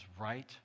right